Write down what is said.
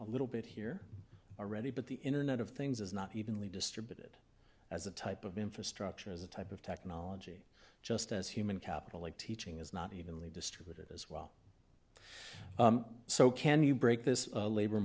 a little bit here already but the internet of things is not evenly distributed as a type of infrastructure as a type of technology just as human capital like teaching is not evenly distributed as well so can you break this labor